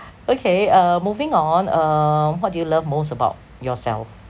okay uh moving on uh what do you love most about yourself